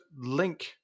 link